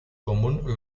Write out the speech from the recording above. común